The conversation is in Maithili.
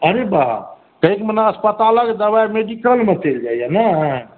अरे वाह कहैके मतलब अस्पतालक दवाइ मेडिकलमे चलि जाइया ने